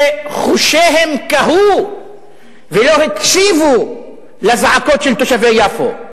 שחושיהם קהו ולא הקשיבו לזעקות של תושבי יפו,